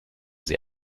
sie